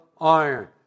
iron